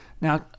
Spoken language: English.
Now